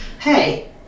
hey